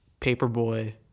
Paperboy